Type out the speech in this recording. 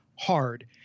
hard